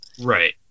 Right